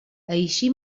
així